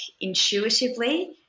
intuitively